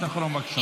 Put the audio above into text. משפט אחרון, בבקשה.